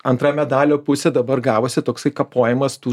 antra medalio pusė dabar gavosi toksai kapojimas tų